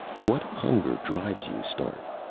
what hunger drives you, stark?